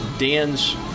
Dan's